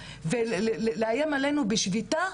ואם לא תפסיקו לאיים עלינו בשביתה,